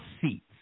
seats